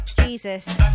Jesus